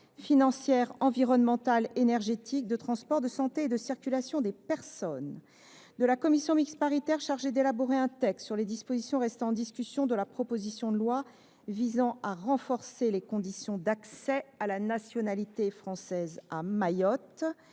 financière, environnementale, énergétique, de transport, de santé et de circulation des personnes et de la commission mixte paritaire chargée de proposer un texte sur les dispositions restant en discussion de la proposition de loi visant à renforcer les conditions d’accès à la nationalité française à Mayotte.